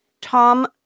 Tom